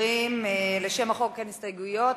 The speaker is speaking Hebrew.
לשם החוק אין הסתייגויות.